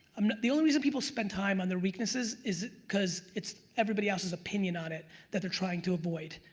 um the only reason people spend time on their weaknesses is because it's everybody else's opinion on it that they're trying to avoid.